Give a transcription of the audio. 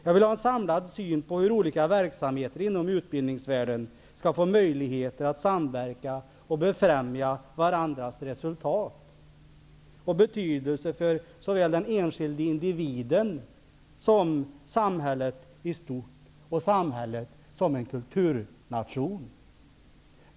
Jag vill ha en samlad syn på hur olika verksamheter inom utbildningsvärlden skall få möjligheter att samverka och befrämja varandras resultat till betydelse för såväl den enskilde individen som samhället i stort, och samhället som en kulturnation.